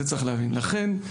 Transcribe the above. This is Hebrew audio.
לכן,